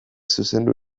zuzendu